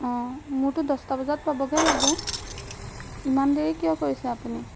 অঁ মোৰতো দছটা বজাত পাবগে লাগে ইমান দেৰি কিয় কৰিছে আপুনি